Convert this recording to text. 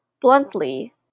bluntly